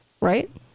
right